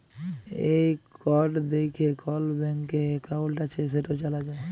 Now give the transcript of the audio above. এই কড দ্যাইখে কল ব্যাংকে একাউল্ট আছে সেট জালা যায়